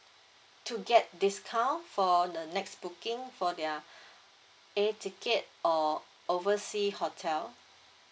to get discount for the next booking for their air ticket or overseas hotel